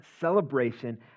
Celebration